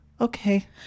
okay